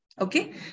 Okay